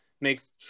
makes